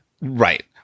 Right